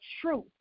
truth